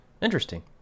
Interesting